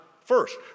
First